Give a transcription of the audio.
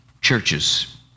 Churches